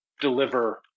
deliver